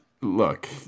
Look